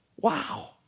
Wow